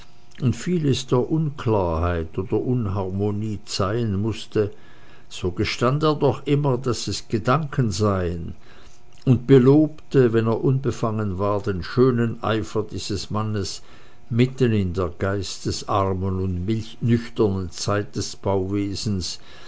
und vieles der unklarheit oder unharmonie zeihen mußte so gestand er doch immer daß es gedanken seien und belobte wenn er unbefangen war den schönen eifer dieses mannes mitten in der geistesarmen und nüchternen zeit des bauwesens